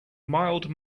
mild